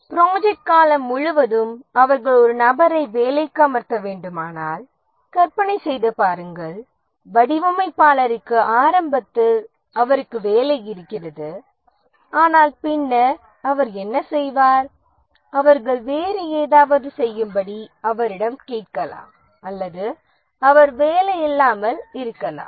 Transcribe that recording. project காலம் முழுவதும் அவர்கள் ஒரு நபரை வேலைக்கு அமர்த்த வேண்டுமானால் கற்பனை செய்து பாருங்கள் வடிவமைப்பாளருக்கு ஆரம்பத்தில் அவருக்கு வேலை இருக்கிறது ஆனால் பின்னர் அவர் என்ன செய்வார் அவர்கள் வேறு ஏதாவது செய்யும்படி அவரிடம் கேட்கலாம் அல்லது அவர் வேலையில்லாமல்இருக்கலாம்